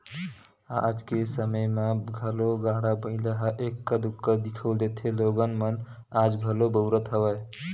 आज के समे म घलो गाड़ा बइला ह एक्का दूक्का दिखउल देथे लोगन मन आज घलो बउरत हवय